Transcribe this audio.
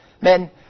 Men